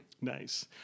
Nice